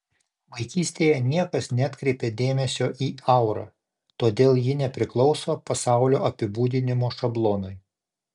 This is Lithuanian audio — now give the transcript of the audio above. vaikystėje niekas neatkreipė dėmesio į aurą todėl ji nepriklauso pasaulio apibūdinimo šablonui